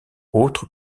autres